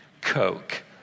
Coke